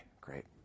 great